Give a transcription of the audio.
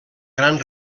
gran